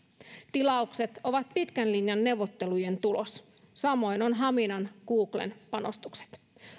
tilaukset ovat pitkän linjan neuvottelujen tulos samoin haminan googlen panostukset